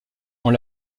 ont